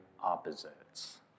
opposites